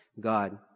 God